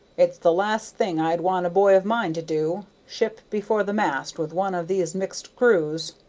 it's the last thing i'd want a boy of mine to do ship before the mast with one of these mixed crews.